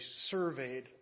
surveyed